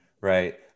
right